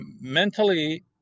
mentally